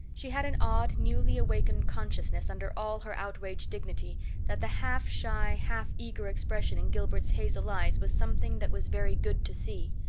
she had an odd, newly awakened consciousness under all her outraged dignity that the half-shy, half-eager expression in gilbert's hazel eyes was something that was very good to see.